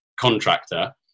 contractor